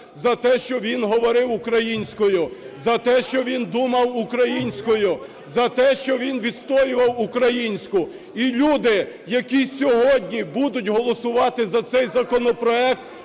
за те, що він говорив українською, за те, що він думав українською, за те, що відстоював українську. І люди, які сьогодні будуть голосувати за цей законопроект,